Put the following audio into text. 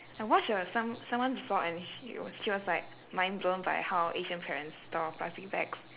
I watched uh some~ someone's vlog and then she was she was like mindblown by how asian parents store plastic bags